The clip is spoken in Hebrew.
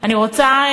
אני רוצה,